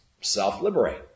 self-liberate